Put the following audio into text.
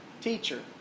Teacher